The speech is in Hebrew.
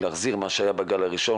להחזיר מה שהיה בגל הראשון,